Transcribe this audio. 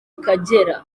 akegera